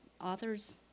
authors